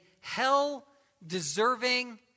hell-deserving